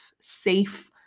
safe